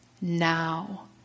now